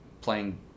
playing –